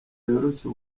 yoroshya